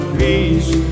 peace